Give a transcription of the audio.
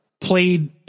played